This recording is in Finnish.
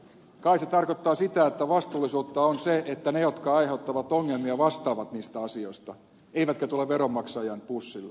kai se tarkoittaa sitä että vastuullisuutta on se että ne jotka aiheuttavat ongelmia vastaavat niistä asioista eivätkä tule veronmaksajan pussille